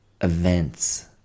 events